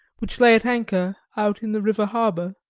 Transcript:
which lay at anchor out in the river harbour.